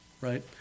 right